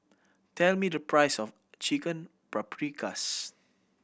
tell me the price of Chicken Paprikas